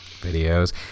Videos